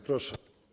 Proszę.